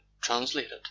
translated